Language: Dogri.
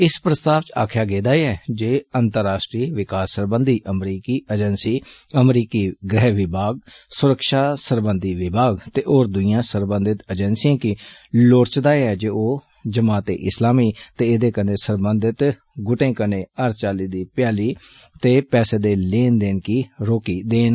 इस प्रस्ताव च आखेआ गेदा ऐ जे अंतर्राष्ट्री विकास सरबंधी अमरीकी एजेंसी अमरीकी गृह विभाग सुरक्षा सरबंधी विभाग ते होर दुइएं सरबंधत एजेंसियें गी लोड़चदा ऐ जे ओह् जमात ए इस्लामी ते एह्दे कन्न सरबंधत गुटें कन्नै हर चाल्ली दी भ्याली ते पैसे दे लैन देन गी रोकी देन